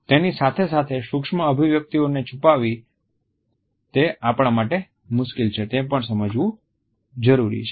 તેની સાથે સાથે સૂક્ષ્મ અભિવ્યક્તિઓને છુપાવવી તે આપણા માટે મુશ્કેલ છે તે પણ સમજવું જરૂરી છે